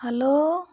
hello